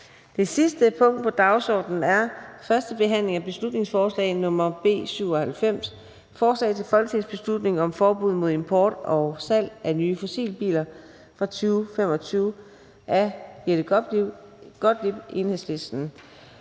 Det sidste punkt på dagsordenen er: 8) 1. behandling af beslutningsforslag nr. B 97: Forslag til folketingsbeslutning om forbud mod import og salg af nye fossilbiler fra 2025. Af Jette Gottlieb